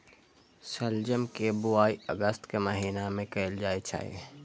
शलजम के बुआइ अगस्त के महीना मे कैल जाइ छै